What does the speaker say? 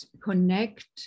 connect